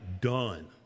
done